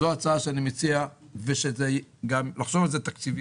זו ההצעה שאני מציע וכמובן גם לחשוב על זה תקציבית.